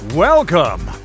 Welcome